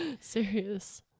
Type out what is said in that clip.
serious